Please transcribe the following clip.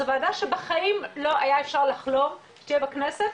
זו ועדה שבחיים לא היה אפשר לחלום שתהיה בכנסת,